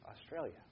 Australia